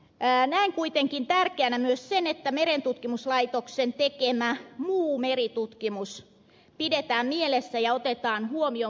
näen kuitenkin tärkeänä myös sen että merentutkimuslaitoksen tekemä muu meritutkimus pidetään mielessä ja otetaan huomioon muutostyötä tehdessä